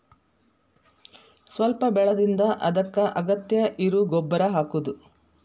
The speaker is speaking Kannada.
ಸ್ವಲ್ಪ ಬೆಳದಿಂದ ಅದಕ್ಕ ಅಗತ್ಯ ಇರು ಗೊಬ್ಬರಾ ಹಾಕುದು